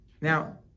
Now